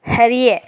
அறிய